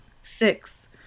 Six